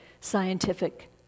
scientific